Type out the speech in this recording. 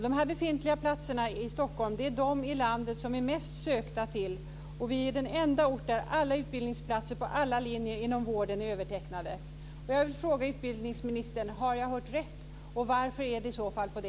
De befintliga platserna i Stockholm är de som flest har sökt till, och det är den enda ort där alla utbildningsplatser på alla linjer inom vården är övertecknade.